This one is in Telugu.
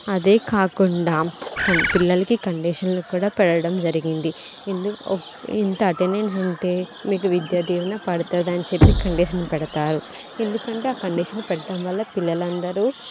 అదే కాకుండా కం పిల్లలకి కండిషన్లు కూడా పెట్టడం జరిగింది ఎందుకు ఒక్క ఇంత అటెండెన్స్ ఉంటే మీకు విద్యా దీవెన పడుతుంది అని చెప్పి కండిషన్ పెడతారు ఎందుకంటే ఆ కండిషన్ పెట్టడం వల్ల పిల్లలు అందరూ